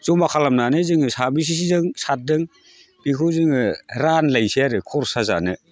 जमा खालामनानै जों साबेसे जों सारदों बेखौ जोङो रानलायनोसै आरो खरसा जानो